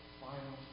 final